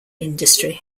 industry